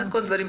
חלק 4,